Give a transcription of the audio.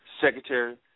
secretary